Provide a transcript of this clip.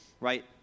right